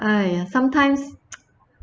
!aiya! sometimes